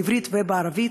בעברית ובערבית.